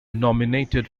nominated